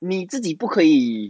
你自己不可以